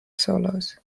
solos